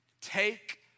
Take